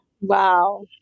Wow